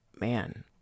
man